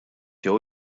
jew